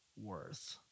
worth